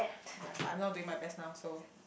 ya but I'm not doing my best now so